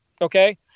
Okay